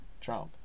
Trump